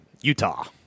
Utah